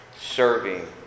serving